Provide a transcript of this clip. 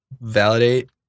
validate